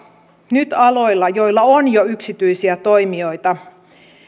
nyt aloilla joilla on jo yksityisiä toimijoita